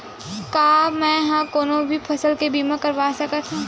का मै ह कोनो भी फसल के बीमा करवा सकत हव?